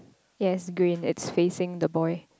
yes green it's facing the boy